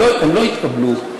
הם לא התקבלו.